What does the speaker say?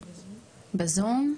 בזום.